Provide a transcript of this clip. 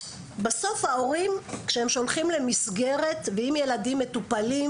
בסוף ההורים כשהם שולחים למסגרת ואם ילדים מטופלים,